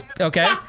okay